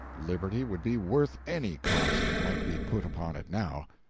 liberty would be worth any cost that might be put upon it now.